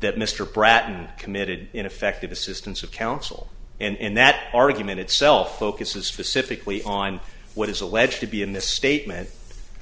that mr bratton committed ineffective assistance of counsel and that argument itself locus is specifically on what is alleged to be in this statement